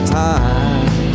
time